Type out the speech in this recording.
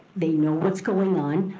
they know what's going on.